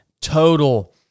total